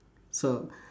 so